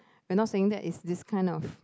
I'm not saying that is this kind of